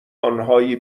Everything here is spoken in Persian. آنهایی